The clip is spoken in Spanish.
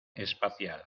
espacial